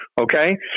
Okay